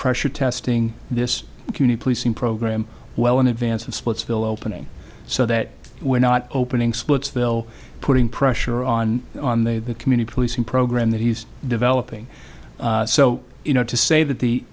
pressure testing this community policing program well in advance of splitsville opening so that we're not opening splitsville putting pressure on on the community policing program that he's developing so you know to say that the